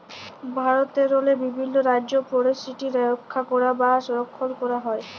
ভারতেরলে বিভিল্ল রাজ্যে ফরেসটিরি রখ্যা ক্যরা বা সংরখ্খল ক্যরা হয়